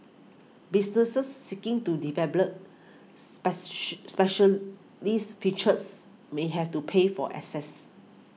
businesses seeking to specialised features may have to pay for access